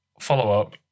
Follow-up